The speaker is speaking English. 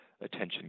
Attention